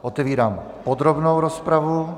Otevírám podrobnou rozpravu.